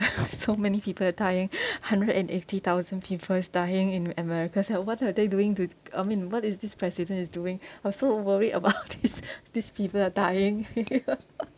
so many people are dying hundred and eighty thousand people is dying in america it's like what are they doing to I mean what is this president is doing I'm so worried about these these people are dying